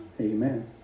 Amen